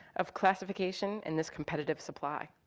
of classification in this competitive supply.